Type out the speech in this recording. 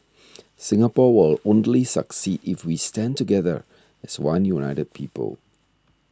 Singapore will only succeed if we stand together as one united people